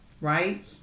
right